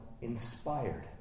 inspired